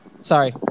Sorry